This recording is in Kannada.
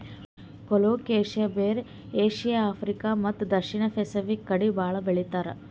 ಕೊಲೊಕೆಸಿಯಾ ಬೇರ್ ಏಷ್ಯಾ, ಆಫ್ರಿಕಾ ಮತ್ತ್ ದಕ್ಷಿಣ್ ಸ್ಪೆಸಿಫಿಕ್ ಕಡಿ ಭಾಳ್ ಬೆಳಿತಾರ್